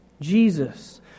Jesus